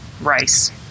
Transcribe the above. rice